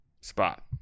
spot